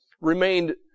remained